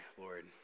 Lord